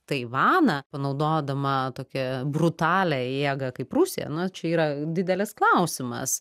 taivaną panaudodama tokią brutalią jėgą kaip rusija nu čia yra didelis klausimas